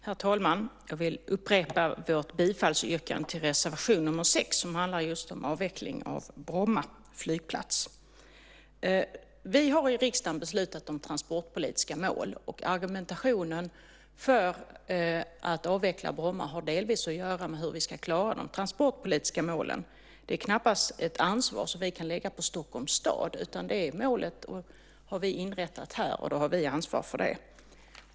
Herr talman! Jag vill upprepa vårt bifallsyrkande till reservation nr 6 som handlar om avveckling av Bromma flygplats. Vi har i riksdagen beslutat om transportpolitiska mål. Argumentationen för att avveckla Bromma har delvis att göra med hur vi ska klara de transportpolitiska målen. Det är knappast ett ansvar som vi kan lägga på Stockholms stad, utan det målet har vi inrättat här, och då har vi också ansvar för det.